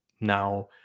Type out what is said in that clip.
now